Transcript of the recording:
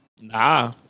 Nah